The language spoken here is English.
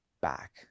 back